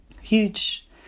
huge